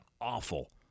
awful